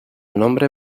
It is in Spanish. nombre